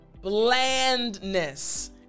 blandness